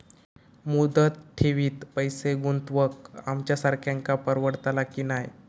मुदत ठेवीत पैसे गुंतवक आमच्यासारख्यांका परवडतला की नाय?